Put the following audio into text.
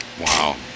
Wow